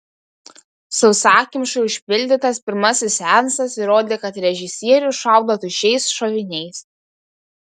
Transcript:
sausakimšai užpildytas pirmasis seansas įrodė kad režisierius šaudo tuščiais šoviniais